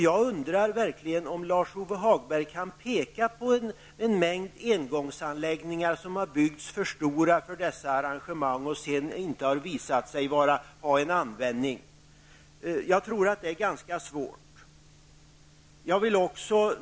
Jag undrar verkligen om Lars-Ove Hagberg kan peka på en mängd engångsanläggningar som har byggts för stora och som sedan inte har visat sig ha en användning. Jag tror att det är ganska svårt.